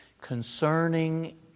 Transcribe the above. concerning